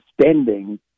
spending